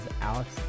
Alex